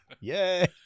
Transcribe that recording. Yay